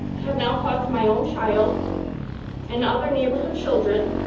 have now caused my own child and other neighborhood children